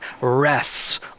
rests